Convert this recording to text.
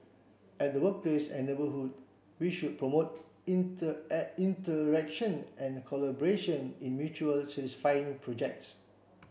at the workplace and neighbourhood we should promote interaction and collaboration in mutually satisfying projects